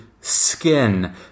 skin